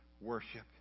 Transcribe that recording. worship